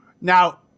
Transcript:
Now